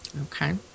Okay